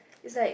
it's like